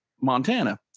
Montana